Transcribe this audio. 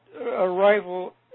arrival